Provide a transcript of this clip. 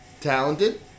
talented